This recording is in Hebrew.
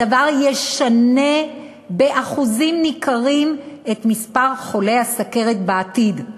הדבר ישנה באחוזים ניכרים את מספר חולי הסוכרת בעתיד,